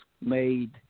made